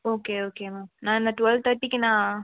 okay okay ma'am நான் என்ன twelve தேர்ட்டிக்கு நான்